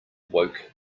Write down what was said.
woke